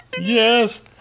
yes